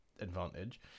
advantage